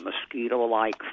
mosquito-like